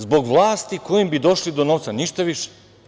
Zbog vlasti kojom bi došli do novca, ništa više.